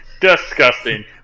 Disgusting